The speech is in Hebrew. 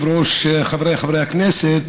מכובדי היושב-ראש, חבריי חברי הכנסת,